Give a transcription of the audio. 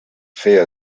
fer